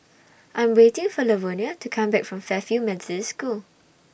I Am waiting For Lavonia to Come Back from Fairfield Methodist School